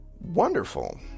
Wonderful